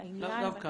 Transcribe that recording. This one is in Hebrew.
לאו דווקא.